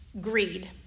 greed